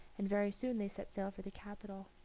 and very soon they set sail for the capital. ah!